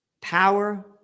power